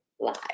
live